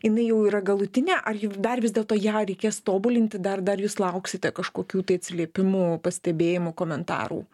jinai jau yra galutinė ar dar vis dėlto ją reikės tobulinti dar dar jūs lauksite kažkokių tai atsiliepimų pastebėjimų komentarų